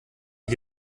die